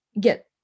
get